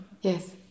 Yes